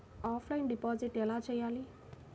Offline deposit ఎలా చేయాలి?